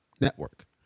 network